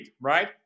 right